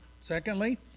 Secondly